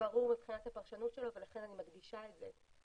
ברור מבחינת הפרשנות שלו ולכן אני מדגישה את זה.